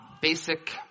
basic